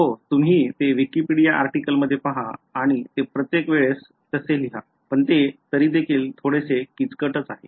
हो तुम्ही ते विकिपीडिया आर्टिकल मधे पहा आणि ते प्रत्येक वेळास तसे लिहा पण ते तरीदेखील थोडेसे किचकट दिसते